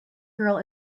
girl